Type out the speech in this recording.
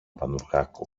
πανουργάκο